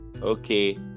Okay